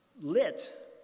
lit